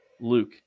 Luke